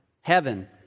Heaven